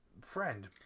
friend